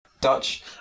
Dutch